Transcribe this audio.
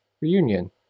reunion